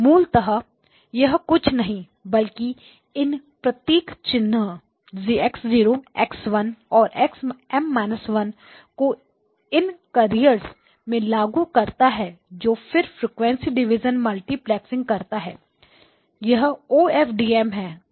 मूलतः यह कुछ नहीं है बल्कि इन प्रतीक चिन्ह X 0 X1 और X M−1 को इन कर्रिएर्स में लागू करना है और फिर फ्रीक्वेंसी डिवीज़न मल्टीप्लेक्सिंग करना है यह O F D M OFDM है